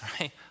right